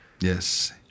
yes